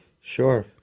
Sure